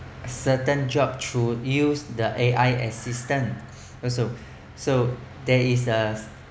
certain jobs through using A_I assistant also so there is a